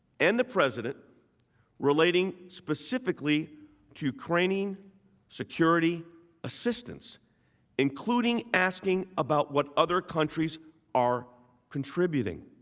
and the president relating specifically to ukrainian security assistance including asking about what other countries are contributing.